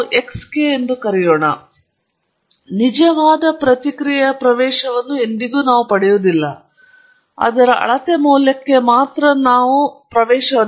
ಈಗ ನಾವು ಯಾವಾಗಲೂ ಹೇಳಿದಂತೆ ನಾವು ನಿಜವಾದ ಪ್ರತಿಕ್ರಿಯೆಯ ಪ್ರವೇಶವನ್ನು ಎಂದಿಗೂ ಪಡೆಯುವುದಿಲ್ಲ ಅದರ ಅಳತೆ ಮೌಲ್ಯಕ್ಕೆ ನಾವು ಮಾತ್ರ ಪ್ರವೇಶ ಹೊಂದಿದ್ದೇವೆ